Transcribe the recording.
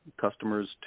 customers